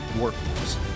workforce